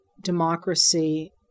democracy